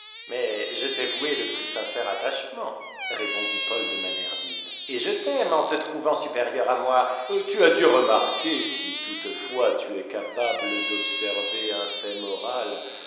mais je t'ai voué le plus sincère attachement répondit paul de manerville et je t'aime en te trouvant supérieur à moi tu as dû remarquer si toutefois tu es capable d'observer un fait moral